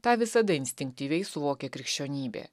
tą visada instinktyviai suvokė krikščionybė